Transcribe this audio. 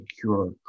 cure